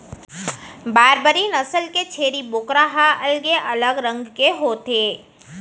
बारबरी नसल के छेरी बोकरा ह अलगे अलग रंग के होथे